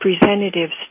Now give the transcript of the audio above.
representatives